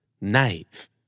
knife